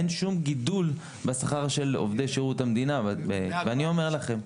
אין שום גידול בשכר של עובדי שירות המדינה ואני אומר לכם.